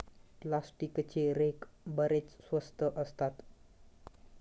प्लास्टिकचे रेक बरेच स्वस्त असतात